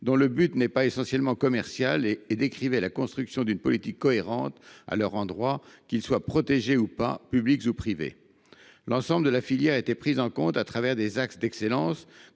dont le but n’est pas essentiellement commercial ; elle a permis la construction d’une politique cohérente à l’endroit de ces sites, qu’ils soient protégés ou non, publics ou privés. L’ensemble de la filière était pris en compte au travers d’axes d’excellence